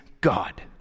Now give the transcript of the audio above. God